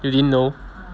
you didn't know